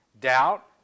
doubt